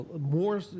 more